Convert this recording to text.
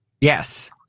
yes